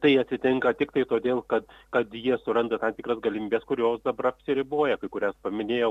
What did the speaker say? tai atsitinka tiktai todėl kad kad jie suranda tam tikras galimybes kurios dabar apsiriboja kai kurias paminėjau